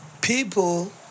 people